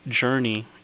journey